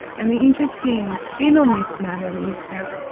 and the interesting spin on this matter is that,